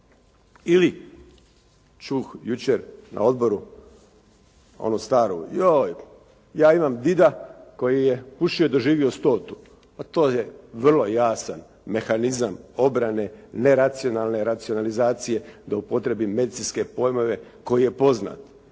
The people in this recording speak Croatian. Ili čuh jučer na odboru onu staru: «Joj, ja imam dida koji je pušio i doživio 100-tu.» Pa to je vrlo jasan mehanizam obrane, neracionalne racionalizacije da upotrijebim medicinske pojmove koji je poznat.